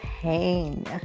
pain